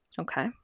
Okay